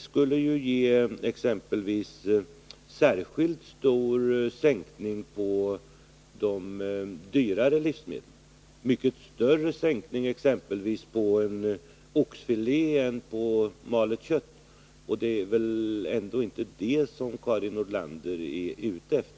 skulle medföra en särskilt stor prissänkning på de dyrare livsmedlen — en mycket större sänkning på exempelvis oxfilé än på malet kött. Och det är väl ändå inte det som Karin Nordlander är ute efter?